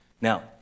Now